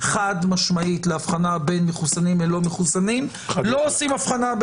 חד-משמעית לאבחנה בין מחוסנים לא עושים אבחנה,